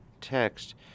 text